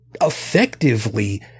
effectively